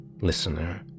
listener